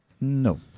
No